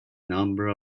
number